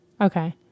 Okay